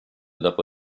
dopo